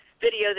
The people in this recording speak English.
video